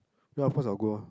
ya of course I'll go